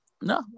no